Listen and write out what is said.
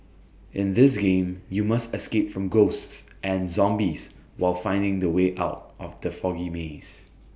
in this game you must escape from ghosts and zombies while finding the way out of the foggy maze